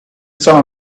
saw